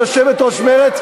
בצורה כזאת,